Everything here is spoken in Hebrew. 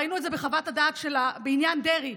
ראינו את זה בחוות הדעת שלה בעניין דרעי.